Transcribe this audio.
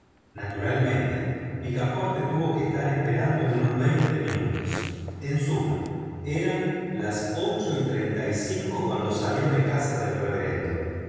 naruralmente picaporte tuvo que estar esperando unos veinte minutos en suma eran las ocho y treinta y cinco cuando salió de casa del reverendo